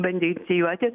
bandė inicijuoti